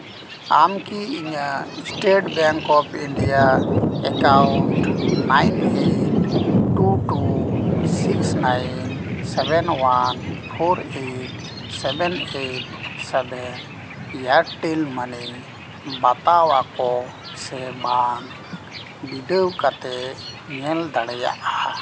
ᱟᱢᱠᱤ ᱤᱧᱟᱹᱜ State Bank of India account nine eight two two six nine seven one four eight seven eight seven Airtel money ᱵᱟᱛᱟᱣᱟᱠᱚ ᱥᱮ ᱵᱟᱝ ᱵᱤᱰᱟᱹᱣ ᱠᱟᱛᱮᱫ ᱧᱮᱞ ᱫᱟᱲᱮᱭᱟᱜᱼᱟ